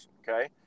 okay